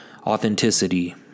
authenticity